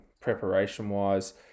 preparation-wise